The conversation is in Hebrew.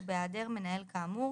ובהעדר מנהל כאמור